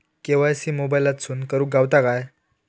KYC मोबाईलातसून करुक गावता काय?